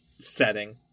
setting